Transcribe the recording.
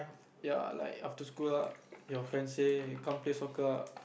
ya like after school lah your friend say come play soccer ah